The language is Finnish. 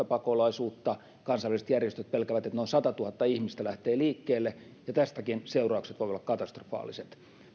pakolaisuutta kansainväliset järjestöt pelkäävät että noin satatuhatta ihmistä lähtee liikkeelle ja tästäkin seuraukset voivat olla katastrofaaliset